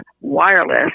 wireless